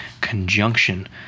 conjunction